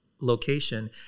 location